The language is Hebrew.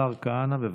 השר כהנא, בבקשה.